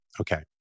Okay